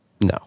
No